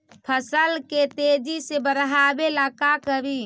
फसल के तेजी से बढ़ाबे ला का करि?